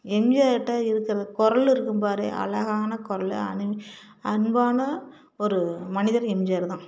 எம்ஜிஆருட்டை இருக்கிறது குரலு இருக்கும் பார் அழகான குரலு அனுவி அன்பான ஒரு மனிதர் எம்ஜிஆர் தான்